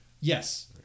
Yes